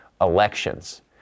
elections